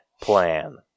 plan